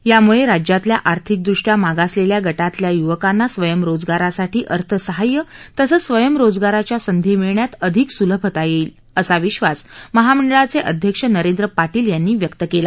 यामुळे राज्यातल्या आर्थिकदृष्टया मागासलेल्या गटातल्या युवकांना स्वयंरोजगारासाठी अर्थ सहाय्य तसंच स्वयंरोजगाराच्या संधी मिळण्यात अधिक सुलभता येईल असा विश्वास महामंडळाचे अध्यक्ष नरेंन्द्र पाटील यांनी व्यक्त केला